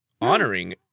honoring